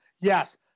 yes